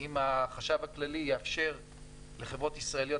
אם החשב הכללי יאפשר לחברות ישראליות